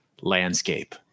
landscape